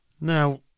Now